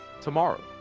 tomorrow